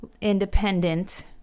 independent